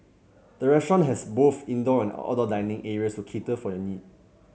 the restaurant has both indoor and outdoor dining areas to cater for your need